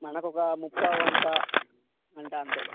మనకు ఒక ముప్పావు గంట గంట అంతే